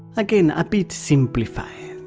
again a bit simplified,